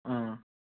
ꯑꯥ